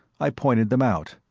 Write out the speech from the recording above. i pointed them out.